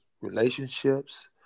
relationships